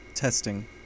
Testing